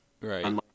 Right